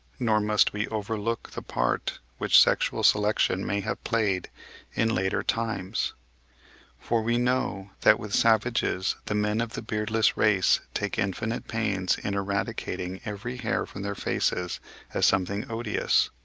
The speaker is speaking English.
nor must we overlook the part which sexual selection may have played in later times for we know that with savages the men of the beardless races take infinite pains in eradicating every hair from their faces as something odious,